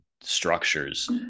structures